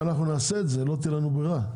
ואנחנו נעשה את זה, לא תהיה לנו ברירה.